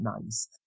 nice